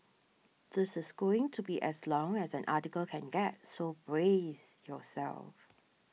this is going to be as long as an article can get so brace yourself